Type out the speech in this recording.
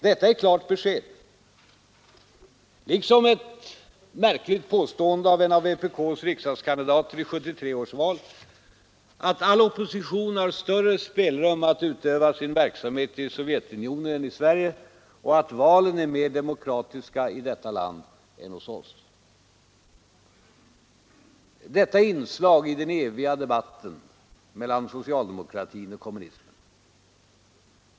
Detta är klart besked, liksom ett märkligt påstående av en av vpk:s riksdagskandidater i 1973 års val, att all opposition har större spelrum att utöva sin verksamhet i Sovjetunionen än i Sverige och att valen är mer demokratiska i detta land än hos oss. Detta är inslag i den eviga debatten mellan socialdemokratin och kommunismen.